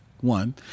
One